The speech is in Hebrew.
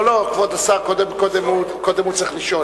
לא, לא, כבוד סגן השר, קודם הוא צריך לשאול.